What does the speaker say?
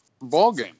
ballgame